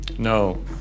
No